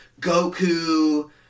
Goku